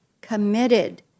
committed